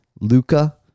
Luca